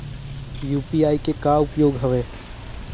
UPI के का उपयोग हवय?